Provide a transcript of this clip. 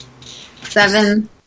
Seven